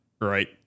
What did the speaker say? Right